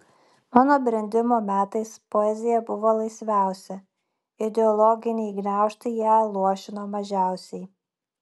mano brendimo metais poezija buvo laisviausia ideologiniai gniaužtai ją luošino mažiausiai